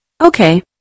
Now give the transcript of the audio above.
Okay